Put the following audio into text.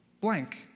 blank